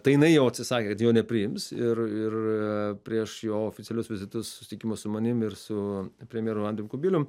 tai jinai jo atsisakė kad jo nepriims ir ir prieš jo oficialius vizitus susitikimus su manim ir su premjeru andrium kubilium